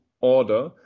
order